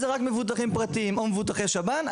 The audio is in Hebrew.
זה רק מבוטחים פרטיים או מבוטחי שב"ן,